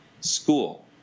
school